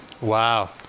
wow